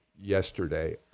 yesterday